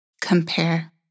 compare